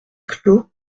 clos